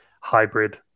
hybrid